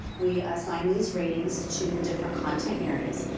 we assigned these ratings to the different contents areas,